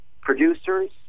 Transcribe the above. producers